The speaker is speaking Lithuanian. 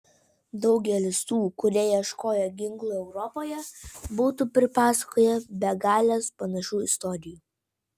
daugelis tų kurie ieškojo ginklų europoje būtų pripasakoję begales panašių istorijų